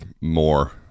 more